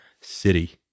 city